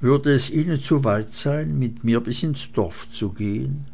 würde es ihnen zu weit sein mit mir bis ins dorf zu gehen